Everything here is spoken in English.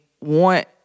want